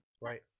Right